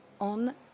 on